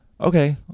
okay